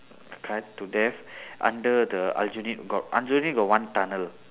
cut to death under the aljunied got aljunied got one tunnel